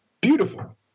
beautiful